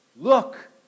Look